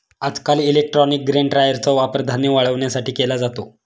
आजकाल electronic grain ड्रायरचा वापर धान्य वाळवण्यासाठी केला जातो